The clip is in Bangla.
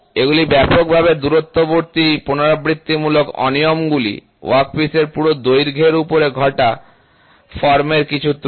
এগুলি ব্যাপকভাবে দূরবর্তী পুনরাবৃত্তিমূলক অনিয়মগুলি ওয়ার্কপিসের পুরো দৈর্ঘ্যের উপর ঘটা ফর্মের কিছু ত্রুটি